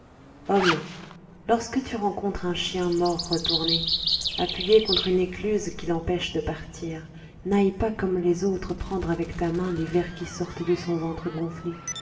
lorsque tu rencontres un chien mort retourné appuyé contre une écluse qui l'empêche de partir n'aille pas comme les autres prendre avec ta main les vers qui sortent de son ventre gonflé